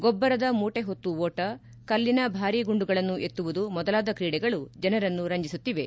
ಗೊಬ್ಬರದ ಮೂಟೆ ಹೊತ್ತು ಓಟ ಕಲ್ಲಿನ ಭಾರಿ ಗುಂಡುಗಳನ್ನು ಎತ್ತುವುದು ಮೊದಲಾದ ಕ್ರೀಡೆಗಳು ಜನರನ್ನು ರಂಜಿಸುತ್ತಿವೆ